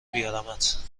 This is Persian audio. بیارمت